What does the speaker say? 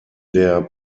der